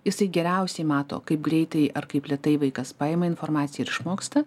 jis geriausiai mato kaip greitai ar kaip lėtai vaikas paima informaciją ir išmoksta